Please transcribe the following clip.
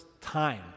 time